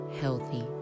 healthy